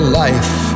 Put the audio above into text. life